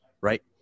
right